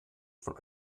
von